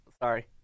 sorry